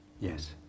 Yes